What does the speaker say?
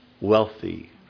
wealthy